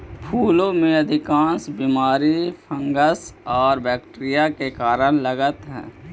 फूलों में अधिकांश बीमारी फंगस और बैक्टीरिया के कारण लगअ हई